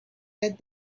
that